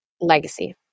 legacy